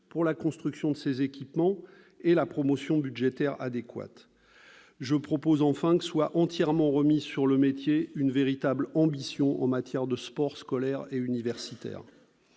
pour la construction de ces équipements et la promotion budgétaire adéquate. Je propose enfin que soit entièrement remise sur le métier une véritable ambition en matière de sport scolaire et universitaire.